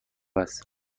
است